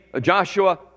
Joshua